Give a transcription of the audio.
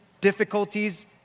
difficulties